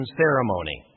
ceremony